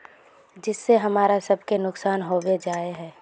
जिस से हमरा सब के नुकसान होबे जाय है?